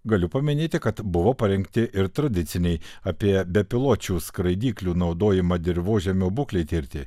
galiu paminėti kad buvo parengti ir tradiciniai apie bepiločių skraidyklių naudojimą dirvožemio būklei tirti